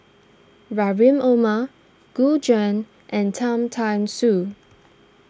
Rahim Omar Gu Juan and Cham Tao Soon